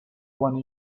one